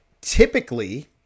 typically